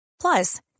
Plus